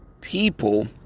people